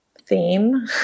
theme